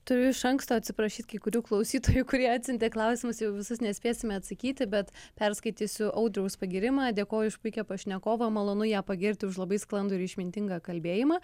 turiu iš anksto atsiprašyt kai kurių klausytojų kurie atsiuntė klausimus jau į visus nespėsime atsakyti bet perskaitysiu audriaus pagyrimą dėkoju už puikią pašnekovą malonu ją pagirti už labai sklandų ir išmintingą kalbėjimą